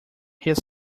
his